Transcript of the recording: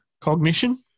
cognition